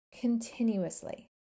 continuously